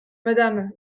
madame